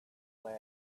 way